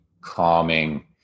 calming